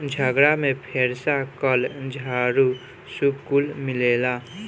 झगड़ा में फेरसा, कल, झाड़ू, सूप कुल मिलेला